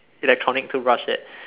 electronic toothbrush that